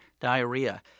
diarrhea